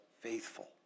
faithful